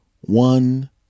one